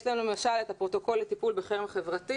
יש לנו למשל את הפרוטוקול לטיפול בחרם חברתי